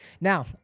now